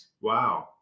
Wow